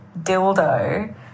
dildo